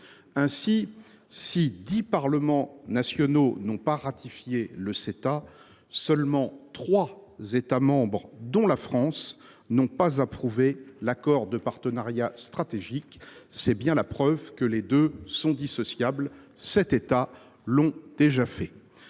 Ainsi, si dix parlements nationaux n’ont pas ratifié le Ceta, seuls trois États, dont la France, n’ont pas approuvé l’accord de partenariat stratégique, ce qui est bien la preuve que les deux sont dissociables. C’est aussi la